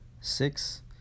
six